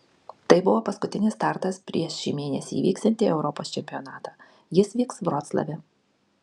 tai buvo paskutinis startas prieš šį mėnesį įvyksiantį europos čempionatą jis vyks vroclave